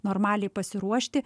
normaliai pasiruošti